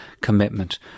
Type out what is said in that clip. commitment